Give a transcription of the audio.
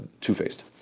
two-faced